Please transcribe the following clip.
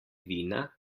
vina